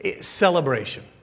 Celebration